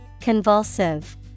Convulsive